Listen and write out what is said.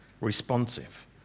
responsive